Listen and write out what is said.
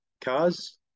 cars